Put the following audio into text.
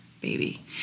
baby